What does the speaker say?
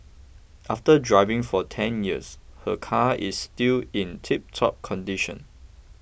after driving for ten years her car is still in tiptop condition